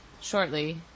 shortly